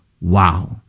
Wow